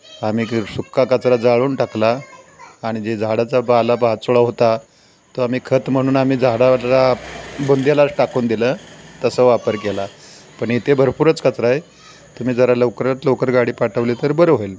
आम्ही सुका कचरा जाळून टाकला आणि जे झाडाचा पालापाचोळा होता तो आम्ही खत म्हणून आम्ही झाडाला बुंध्याला टाकून दिलं तसं वापर केला पण इथे भरपूरच कचरा आहे तुम्ही जरा लवकरात लवकर गाडी पाठवली तर बरं होईल